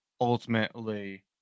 ultimately